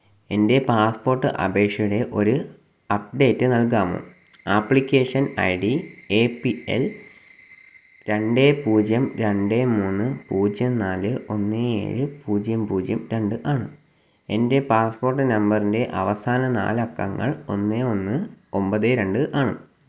എൻ്റെ പാസ്പോർട്ട് അപേക്ഷയുടെ ഒരു അപ്ഡേറ്റ് നൽകാമോ application I D A P L രണ്ട് പൂജ്യം രണ്ട് മൂന്ന് പൂജ്യം നാല് ഒന്ന് ഏഴ് പൂജ്യം പൂജ്യം രണ്ട് ആണ് എൻ്റെ പാസ്പോർട്ട് നമ്പറിൻ്റെ അവസാന നാലക്കങ്ങൾ ഒന്ന് ഒന്ന് ഒമ്പത് രണ്ട് ആണ്